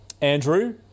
andrew